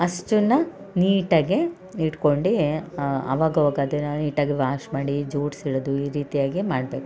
ಅಷ್ಟನ್ನು ನೀಟಾಗೆ ಇಟ್ಕೊಂಡು ಆವಾಗವಾಗ ಅದನ್ನು ನೀಟಾಗಿ ವಾಶ್ ಮಾಡಿ ಜೋಡಿಸಿಡದು ಈ ರೀತಿಯಾಗೆ ಮಾಡಬೇಕು